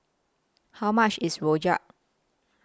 How much IS Rojak